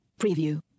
preview